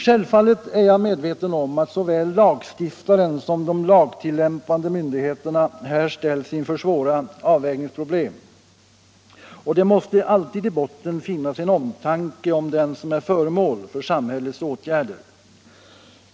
Självfallet är jag medveten om att såväl lagstiftaren som de lagtilllämpande myndigheterna här ställs inför svåra avvägningsproblem. Det måste alltid i botten finnas en omtanke om den som är föremål för samhällets åtgärder.